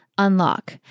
Unlock